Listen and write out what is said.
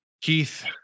keith